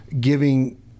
giving